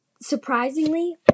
surprisingly